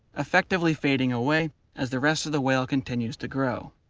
effectively fading away as the rest of the whale continues to grow.